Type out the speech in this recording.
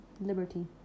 liberty